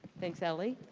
thanks, ellie.